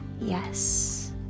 yes